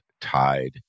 tied